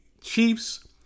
Chiefs